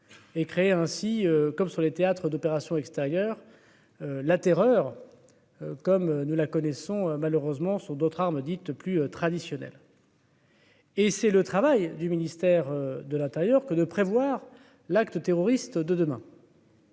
et créer ainsi comme sur les théâtres d'opérations extérieures, la terreur comme nous la connaissons malheureusement sur d'autres armes dites plus traditionnelle. Et c'est le travail du ministère de l'Intérieur, que de prévoir l'acte terroriste de demain.